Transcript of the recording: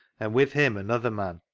and with him another man,